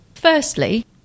Firstly